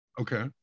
Okay